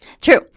True